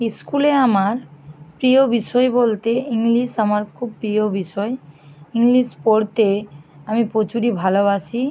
ইস্কুলে আমার প্রিয় বিষয় বলতে ইংলিশ আমার খুব প্রিয় বিষয় ইংলিশ পড়তে আমি প্রচুরই ভালোবাসি